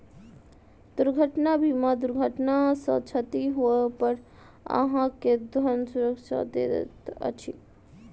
दुर्घटना बीमा दुर्घटना सॅ क्षति होइ पर अहाँ के धन सुरक्षा दैत अछि